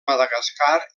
madagascar